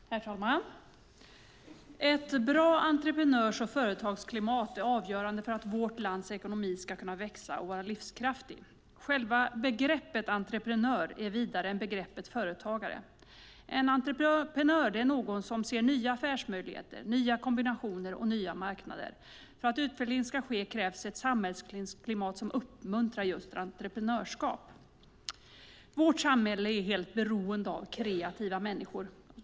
Herr talman! Ett bra entreprenörs och företagsklimat är avgörande för att vårt lands ekonomi ska kunna växa och vara livskraftig. Själva begreppet entreprenör är vidare än begreppet företagare. En entreprenör är någon som ser nya affärsmöjligheter, nya kombinationer och nya marknader. För att utveckling ska ske krävs ett samhällsklimat som uppmuntrar entreprenörskap. Vårt samhälle är helt beroende av kreativa människor.